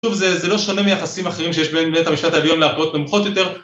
‫שוב, זה לא שונה מיחסים אחרים ‫שיש בבית המשפט העליון לערכאות נמוכות יותר.